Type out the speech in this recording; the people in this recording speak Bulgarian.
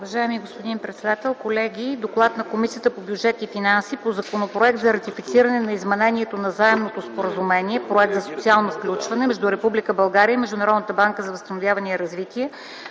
Уважаеми господин председател, колеги! „ДОКЛАД на Комисията по бюджет и финанси по Законопроект за ратифициране на Изменението на Заемното споразумение (Проект за социално включване) между Република България и Международната банка за възстановяване и развитие,